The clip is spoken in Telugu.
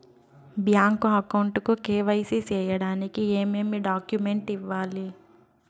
బ్యాంకు అకౌంట్ కు కె.వై.సి సేయడానికి ఏమేమి డాక్యుమెంట్ ఇవ్వాలి?